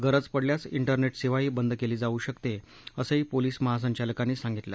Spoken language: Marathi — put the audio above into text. गरज पडल्यास इंटरनेट सेवाही बंद केली जाऊ शकते असंही पोलिस महासंचालकांनी सांगितलं